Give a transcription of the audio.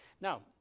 Now